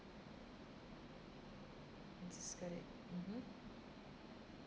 I'm just got it mmhmm